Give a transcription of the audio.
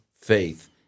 faith